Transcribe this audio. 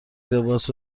لباس